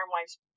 Wives